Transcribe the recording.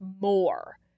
more